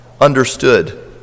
understood